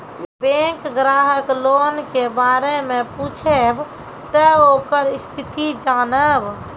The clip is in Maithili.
बैंक ग्राहक लोन के बारे मैं पुछेब ते ओकर स्थिति जॉनब?